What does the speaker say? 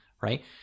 right